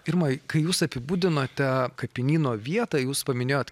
irma kai jūs apibūdinote kapinyno vietą jūs paminėjot